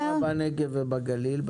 כמה בנגב ובגליל?